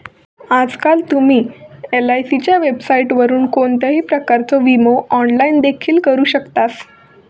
आजकाल तुम्ही एलआयसीच्या वेबसाइटवरून कोणत्याही प्रकारचो विमो ऑनलाइन देखील करू शकतास